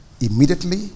immediately